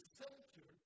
center